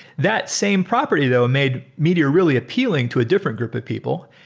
that same property though made meteor really appealing to a different group of people,